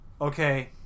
okay